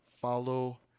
follow